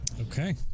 Okay